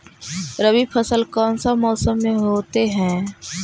रवि फसल कौन सा मौसम में होते हैं?